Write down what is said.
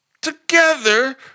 Together